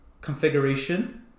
configuration